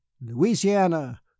louisiana